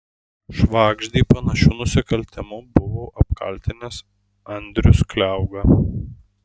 švagždį panašiu nusikaltimu buvo apkaltinęs andrius kliauga